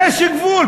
יש גבול.